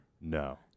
No